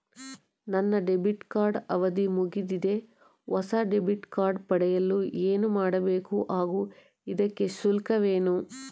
ನನ್ನ debit card ಅವಧಿ ಮುಗಿದಿದೆ ಹೊಸ ಡೆಬಿಟ್ ಕಾರ್ಡ್ ಪಡೆಯಲು ಏನು ಮಾಡಬೇಕು ಹಾಗೂ ಇದಕ್ಕೆ ಶುಲ್ಕವೇನು?